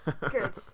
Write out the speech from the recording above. good